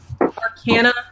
Arcana